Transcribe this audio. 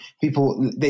people